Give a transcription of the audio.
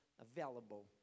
available